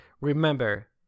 Remember